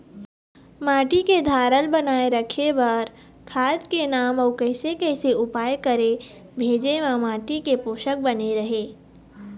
माटी के धारल बनाए रखे बार खाद के नाम अउ कैसे कैसे उपाय करें भेजे मा माटी के पोषक बने रहे?